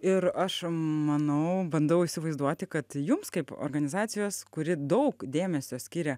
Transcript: ir aš manau bandau įsivaizduoti kad jums kaip organizacijos kuri daug dėmesio skiria